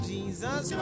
Jesus